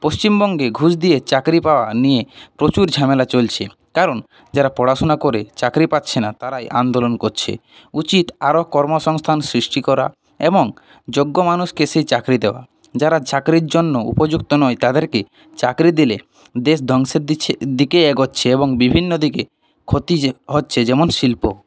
পশ্চিমবঙ্গে ঘুষ দিয়ে চাকরি পাওয়া নিয়ে প্রচুর ঝামেলা চলছে কারণ যারা পড়াশুনা করে চাকরি পাচ্ছে না তারাই আন্দোলন করছে উচিৎ আরও কর্মসংস্থান সৃষ্টি করা এবং যোগ্য মানুষকে সেই চাকরি দেওয়া যারা চাকরির জন্য উপযুক্ত নয় তাদেরকে চাকরি দিলে দেশ ধ্বংসের দিকে এগোচ্ছে এবং বিভিন্ন দিকে ক্ষতি হচ্ছে যেমন শিল্প